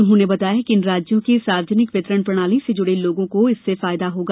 उन्होंने बताया कि इन राज्यों के सार्वजनिक वितरण प्रणाली से जुड़े लोगों को इसर्से फायदा होगा